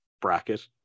bracket